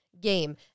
game